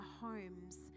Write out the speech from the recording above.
homes